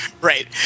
Right